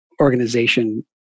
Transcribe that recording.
organization